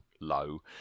low